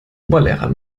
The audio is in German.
oberlehrer